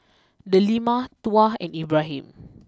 Delima Tuah and Ibrahim